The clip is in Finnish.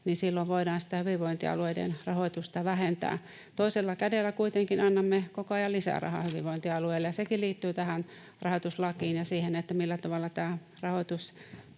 niin silloin voidaan sitä hyvinvointialueiden rahoitusta vähentää. Toisella kädellä kuitenkin annamme koko ajan lisää rahaa hyvinvointialueille. Sekin liittyy tähän rahoituslakiin ja siihen, millä tavalla tämä rahoitus